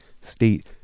state